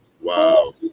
Wow